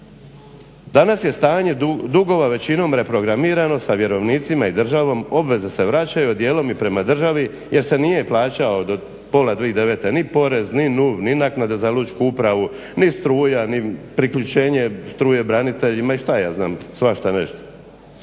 Danas je stanje dugova većinom reprogramirano sa vjerovnicima i državom obveze se vraćaju a dijelom i prema državi jer se nije plaćao od pola 2009. Ni porez ni … ni naknada za lučku upravu, ni struja, ni priključenje struje braniteljima i šta ja znam svašta nešto.